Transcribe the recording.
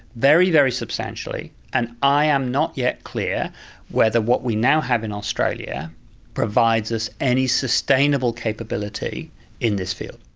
very, very substantially, and i am not yet clear whether what we now have in australia provides us any sustainable capability in this field.